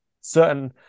certain